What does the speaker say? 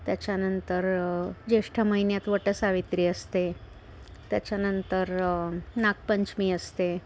त्याच्यानंतर ज्येष्ठ महिन्यात वटसावित्री असते त्याच्यानंतर नागपंचमी असते